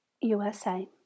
USA